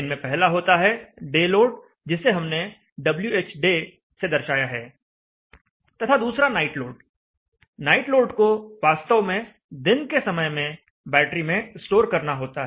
इनमें पहला होता है डे लोड जिसे हमने Whday से दर्शाया है तथा दूसरा नाइट लोड नाइट लोड को वास्तव में दिन के समय में बैटरी में स्टोर करना होता है